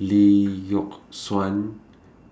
Lee Yock Suan